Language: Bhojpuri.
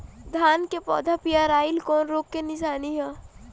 धान के पौधा पियराईल कौन रोग के निशानि ह?